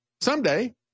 someday